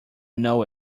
know